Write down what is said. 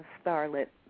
starlit